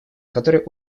который